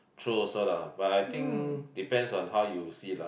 true also lah but I think depends on how you see it lah